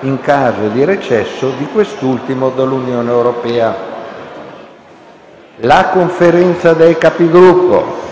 in caso di recesso di quest'ultimo dall'Unione europea» (1165). **Sui lavori